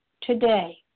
today